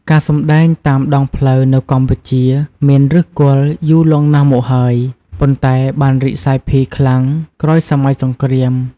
ការសម្ដែងតាមដងផ្លូវនៅកម្ពុជា មានឫសគល់យូរលង់ណាស់មកហើយ ប៉ុន្តែបានរីកសាយភាយខ្លាំងក្រោយសម័យសង្គ្រាម។